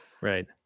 right